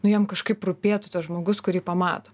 nu jam kažkaip rūpėtų tas žmogus kurį pamato